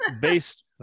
based